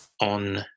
on